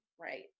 right